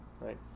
Right